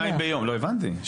הבנתי.